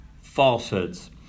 falsehoods